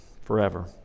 forever